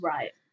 Right